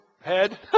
head